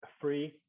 free